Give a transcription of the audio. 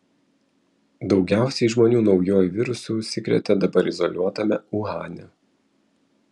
daugiausiai žmonių naujuoju virusu užsikrėtė dabar izoliuotame uhane